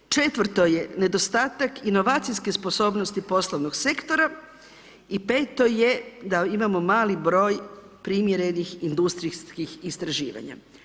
Četvrto je nedostatak inovacijske sposobnosti poslovnog sektora i peto je da imamo mali broj primjerenih industrijskih istraživanja.